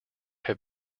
have